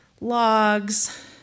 logs